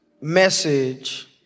message